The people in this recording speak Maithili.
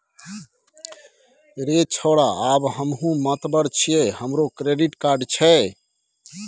रे छौड़ा आब हमहुँ मातबर छियै हमरो क्रेडिट कार्ड छै